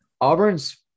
Auburn's –